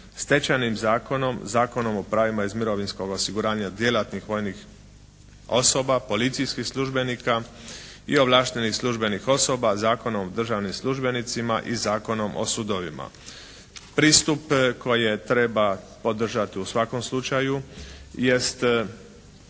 Stečajnim zakonom, Zakonom o pravima iz mirovinskog osiguranja djelatnih vojnih osoba, policijskih službenika i ovlaštenih službenih osoba, Zakonom o državnim službenicima i Zakonom o sudovima. Pristup koji treba podržati u svakom slučaju jest